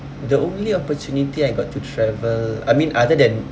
the only opportunity I got to travel I mean other than